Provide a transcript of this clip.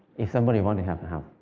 if somebody wants to have a house.